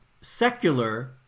secular